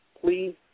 Please